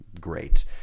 great